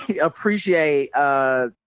appreciate